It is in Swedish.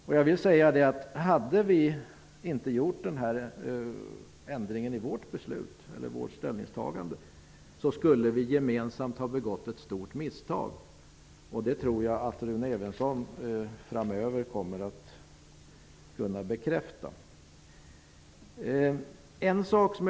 Om vi inte hade ändrat vår inställning skulle vi gemensamt ha begått ett stort misstag. Det tror jag att Rune Evensson framöver kommer att kunna bekräfta.